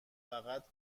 فقط